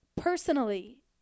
personally